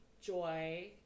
Joy